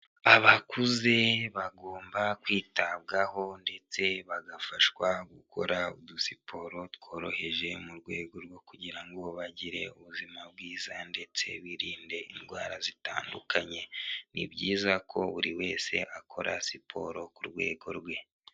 Abakuze bagomba kwitabwaho ndetse bagafashwa gukora udusiporo tworoheje mu rwego rwo kugira ngo bagire ubuzima bwiza ndetse birinde indwara zitandukanye, ni byiza ko buri wese akora siporo ku rwego rwe.